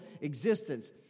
existence